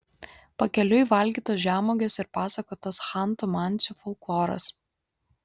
pakeliui valgytos žemuogės ir pasakotas chantų mansių folkloras